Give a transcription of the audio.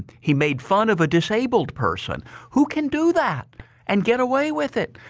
he made fun of a disabled person. who can do that and get away with it?